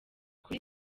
kuri